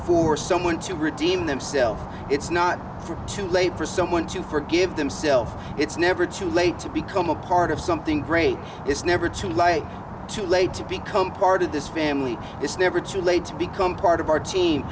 for someone to redeem themself it's not too late for someone to forgive themself it's never too late to become a part of something great it's never too late too late to become part of this family it's never too late to become part of our team